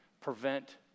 prevent